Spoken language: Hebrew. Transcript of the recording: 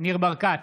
ניר ברקת,